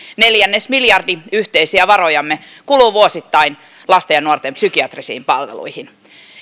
neljännesmiljardi yhteisiä varojamme kuluu vuosittain lasten ja nuorten psykiatrisiin palveluihin